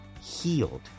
healed